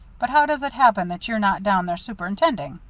but how does it happen that you're not down there superintending?